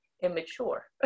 immature